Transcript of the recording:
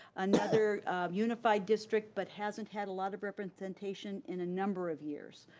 another unified district, but hasn't had a lot of representation in a number of years.